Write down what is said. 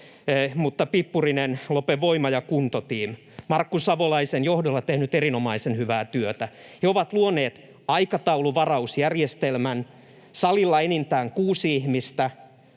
mutta pippurinen Lopen Voima ja Kunto team on Markku Savolaisen johdolla tehnyt erinomaisen hyvää työtä. He ovat luoneet aikatauluvarausjärjestelmän. Salilla on enintään 6 ihmistä,